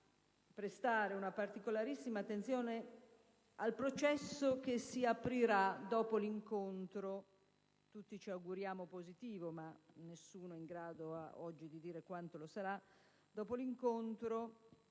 prestare una particolarissima attenzione al processo che si aprirà dopo l'incontro - tutti ci auguriamo positivo, ma nessuno è in grado ad oggi di dire quanto lo sarà - che